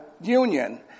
Union